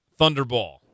Thunderball